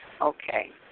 okay